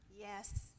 Yes